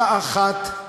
שעה אחת,